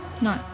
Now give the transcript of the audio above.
No